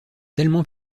tellement